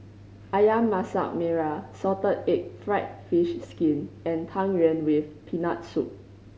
Ayam Masak Merah salted egg fried fish skin and Tang Yuen with Peanut Soup